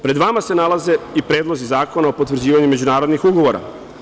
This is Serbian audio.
Pred vama se nalaze i predlozi zakona o potvrđivanju međunarodnih ugovora.